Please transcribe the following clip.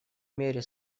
мере